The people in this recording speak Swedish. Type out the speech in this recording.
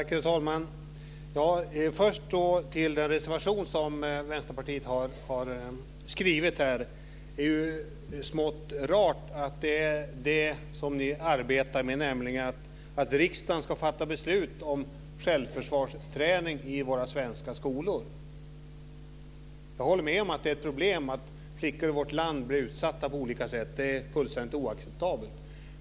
Herr talman! Låt mig först ta upp den reservation som Vänsterpartiet har skrivit här. Det som ni arbetar med, att riksdagen ska fatta beslut om självförsvarsträning i våra svenska skolor, är smått rart. Jag håller med om att det är ett problem att flickor i vårt land blir utsatta på olika sätt. Det är fullständigt oacceptabelt.